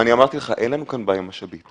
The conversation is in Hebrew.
אדוני, אמרתי שאין לנו כאן בעיה עם משאבים.